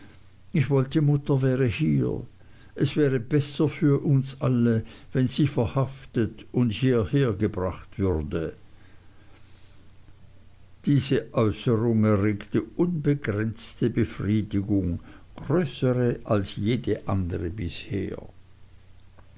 ich wollte mutter wäre hier es wäre besser für alle wenn sie verhaftet und hierher gebracht würde diese äußerung erregte unbegrenzte befriedigung größere als jede andere bisher